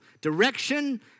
Direction